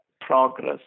progress